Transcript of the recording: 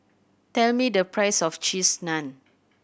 tell me the price of Cheese Naan